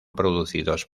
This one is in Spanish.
producidos